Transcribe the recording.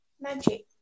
Magic